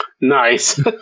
Nice